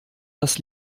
das